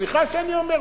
סליחה שאני אומר,